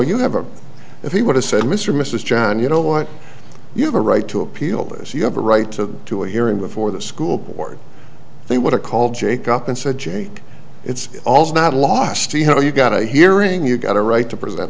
you have a if he would have said mr mrs john you know what you have a right to appeal this you have a right to to a hearing before the school board they would have called jake up and said jake it's also not lost you know you've got a hearing you've got a right to present